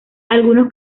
algunos